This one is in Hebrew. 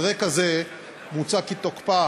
על רקע זה מוצע כי תוקפה